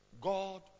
God